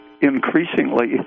increasingly